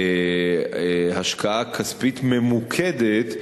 השקעה כספית ממוקדת,